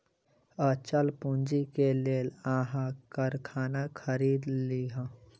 अचल पूंजी के लेल अहाँ कारखाना खरीद लिअ